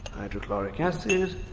hydrochloric acid.